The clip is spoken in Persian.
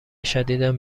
شدیدم